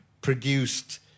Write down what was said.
produced